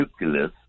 nucleus